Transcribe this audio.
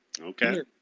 Okay